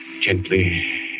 Gently